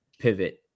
pivot